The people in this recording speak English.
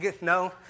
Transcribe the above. No